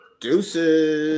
Deuces